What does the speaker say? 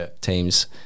teams